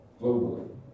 globally